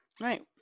Right